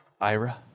Ira